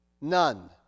None